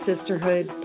Sisterhood